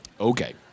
Okay